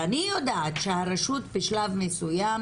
אני יודעת שהרשות בשלב מסוים,